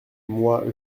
moi